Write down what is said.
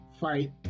fight